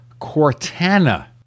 Cortana